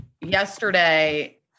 yesterday